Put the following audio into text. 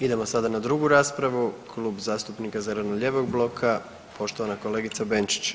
Idemo sada na drugu raspravu, Klub zastupnika Zeleno-lijevog bloka poštovana kolegica Benčić.